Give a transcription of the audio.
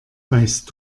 weißt